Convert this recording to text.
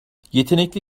yetenekli